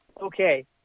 okay